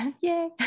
Yay